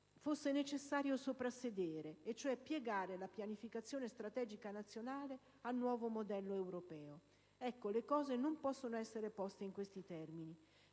era necessario soprassedere e cioè piegare la pianificazione strategica nazionale al nuovo modello europeo. Le cose non possono essere poste in questi termini.